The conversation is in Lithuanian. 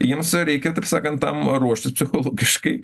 jiems reikia taip sakant tam ruoštis psichologiškai